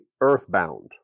earthbound